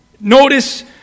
Notice